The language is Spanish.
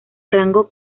rango